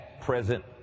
present